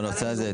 בנושא הזה,